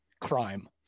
crime